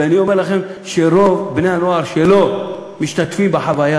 ואני אומר לכם שרוב בני-הנוער שלא משתתפים בחוויה